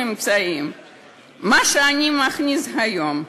מה שאני מכניס היום,